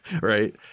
Right